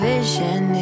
Vision